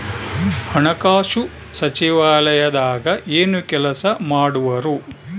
ಹಣಕಾಸು ಸಚಿವಾಲಯದಾಗ ಏನು ಕೆಲಸ ಮಾಡುವರು?